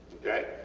okay?